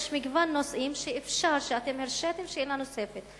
יש מגוון נושאים שבהם הרשיתם שאלה נוספת,